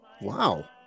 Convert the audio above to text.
Wow